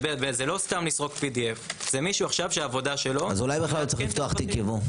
זה לא סתם לסרוק PDF. אז אולי לא צריך לפתוח בכלל תיק ייבוא?